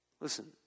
Listen